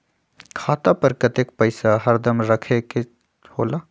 खाता पर कतेक पैसा हरदम रखखे के होला?